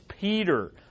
Peter